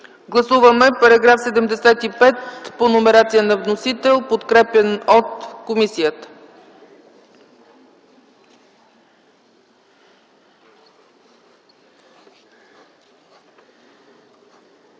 гласуваме § 75 по номерацията на вносителя, подкрепен от комисията.